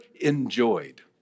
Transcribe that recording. enjoyed